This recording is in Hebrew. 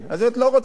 אז את לא רוצה.